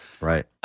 right